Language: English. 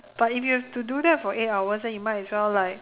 but if you have to do that for eight hours then you might as well like